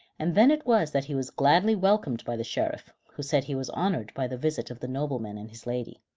and then it was that he was gladly welcomed by the sheriff, who said he was honored by the visit of the nobleman and his lady.